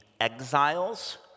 exiles